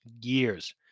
years